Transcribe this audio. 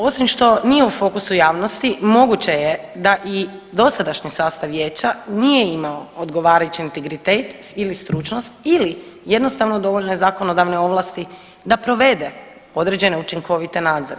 Dakle, osim što nije u fokusu javnosti moguće je da i dosadašnji sastav vijeća nije imao odgovarajući integritet ili stručnost ili jednostavno dovoljne zakonodavne ovlasti da provede određene učinkovite nadzore.